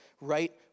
right